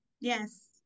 Yes